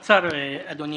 קצר, אדוני.